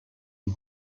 die